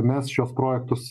mes šiuos projektus